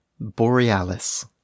borealis